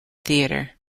theatre